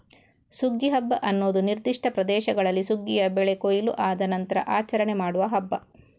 ಸುಗ್ಗಿ ಹಬ್ಬ ಅನ್ನುದು ನಿರ್ದಿಷ್ಟ ಪ್ರದೇಶಗಳಲ್ಲಿ ಸುಗ್ಗಿಯ ಬೆಳೆ ಕೊಯ್ಲು ಆದ ನಂತ್ರ ಆಚರಣೆ ಮಾಡುವ ಹಬ್ಬ